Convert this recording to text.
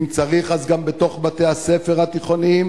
ואם צריך אז גם בתוך בתי-הספר התיכוניים